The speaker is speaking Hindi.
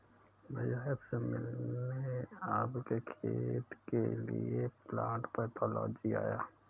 भैया आप से मिलने आपके खेत के लिए प्लांट पैथोलॉजिस्ट आया है